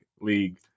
League